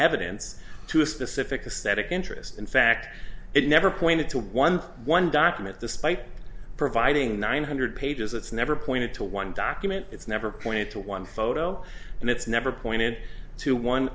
evidence to a specific ascetic interest in fact it never pointed to one one document the spite providing nine hundred pages it's never pointed to one document it's never pointed to one photo and it's never pointed to one